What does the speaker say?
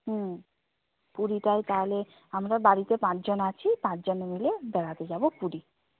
হুম পুরীটাই তাহলে আমরা বাড়িতে পাঁচজন আছি পাঁচজন মিলে বেড়াতে যাব পুরী